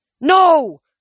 No